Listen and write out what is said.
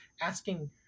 asking